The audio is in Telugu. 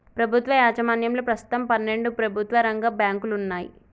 ప్రభుత్వ యాజమాన్యంలో ప్రస్తుతం పన్నెండు ప్రభుత్వ రంగ బ్యాంకులు వున్నయ్